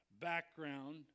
background